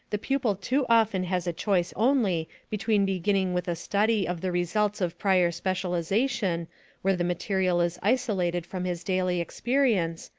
the pupil too often has a choice only between beginning with a study of the results of prior specialization where the material is isolated from his daily experiences,